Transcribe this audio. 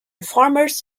farmers